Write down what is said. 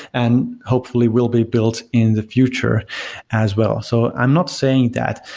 and hopefully will be built in the future as well. so i'm not saying that.